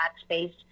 space